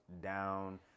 down